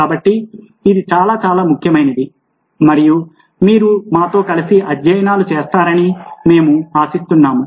కాబట్టి ఇది చాలా చాలా ముఖ్యమైనది మరియు మీరు మాతో కలిసి అధ్యయనాలు చేస్తారని మేము ఆశిస్తున్నాము